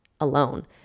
alone